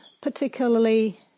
particularly